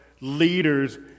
leaders